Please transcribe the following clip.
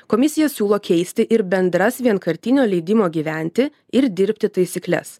komisija siūlo keisti ir bendras vienkartinio leidimo gyventi ir dirbti taisykles